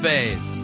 Faith